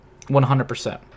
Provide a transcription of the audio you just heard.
100%